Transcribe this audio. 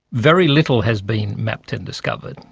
very little has been mapped and discovered,